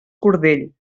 cordell